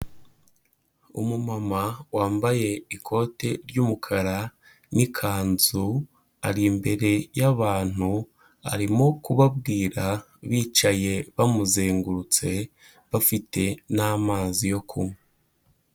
Umumama wambaye ikote ry'umukara n'ikanzu ari imbere y'abantu arimo kubabwira bicaye bamuzengurutse bafite n'amazi yo kunywa.